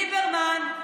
ליברמן,